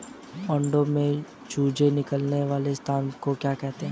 अंडों से चूजे निकलने वाले स्थान को क्या कहते हैं?